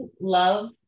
love